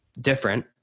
different